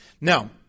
Now